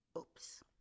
Oops